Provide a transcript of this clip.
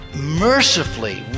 mercifully